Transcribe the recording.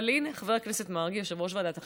אבל הינה, חבר הכנסת מרגי, יושב-ראש ועדת החינוך,